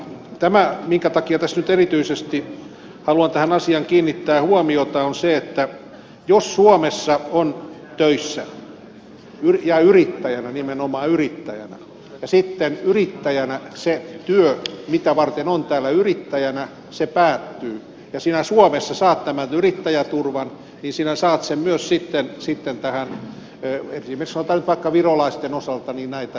tämä minkä takia tässä nyt erityisesti haluan tähän asiaan kiinnittää huomiota on se että jos suomessa on töissä ja yrittäjänä nimenomaan yrittäjänä ja sitten se työ mitä varten on täällä yrittäjänä päättyy niin sinä suomessa saat tämän yrittäjäturvan ja sinä saat sen myös sitten tähän esimerkiksi sanotaan nyt vaikka virolaisten osalta näitä on tapahtunut